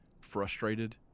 frustrated